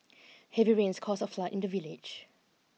heavy rains caused a flood in the village